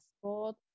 sport